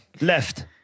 Left